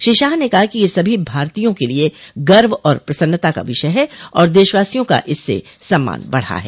श्री शाह ने कहा कि यह सभी भारतीयों के लिए गर्व और प्रसन्नता का विषय है और देशवासियों का इससे सम्मान बढ़ा है